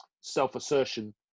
self-assertion